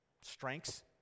strengths